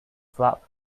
flap